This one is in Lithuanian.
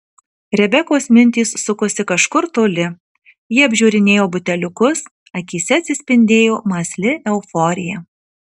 rebekos mintys sukosi kažkur toli ji apžiūrinėjo buteliukus akyse atsispindėjo mąsli euforija